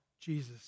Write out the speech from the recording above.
Jesus